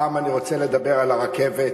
הפעם אני רוצה לדבר על הרכבת